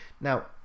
Now